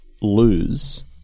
lose